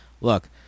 look